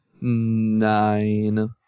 Nine